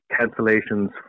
cancellations